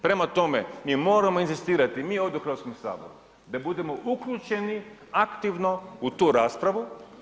Prema tome, mi moramo inzistirati, mi ovdje u Hrvatskom saboru da budemo uključeni aktivno u tu raspravu.